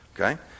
Okay